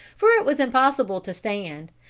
for it was impossible to stand,